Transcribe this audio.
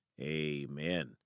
amen